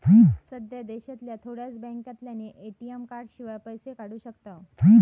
सध्या देशांतल्या थोड्याच बॅन्कांतल्यानी ए.टी.एम कार्डशिवाय पैशे काढू शकताव